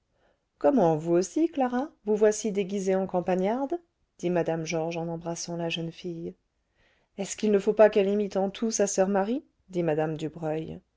comment vous aussi clara vous voici déguisée en campagnarde dit mme georges en embrassant la jeune fille est-ce qu'il ne faut pas qu'elle imite en tout sa soeur marie dit mme dubreuil